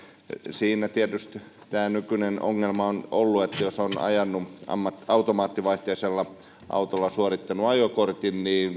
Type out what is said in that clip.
siinä tietysti tämä nykyinen ongelma on ollut että jos on automaattivaihteisella autolla suorittanut ajokortin niin